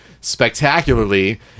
spectacularly